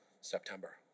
September